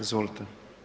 Izvolite.